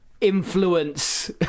influence